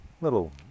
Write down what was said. Little